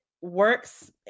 works